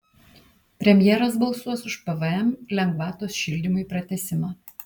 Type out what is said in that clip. premjeras balsuos už pvm lengvatos šildymui pratęsimą